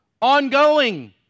ongoing